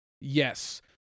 Yes